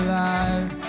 Alive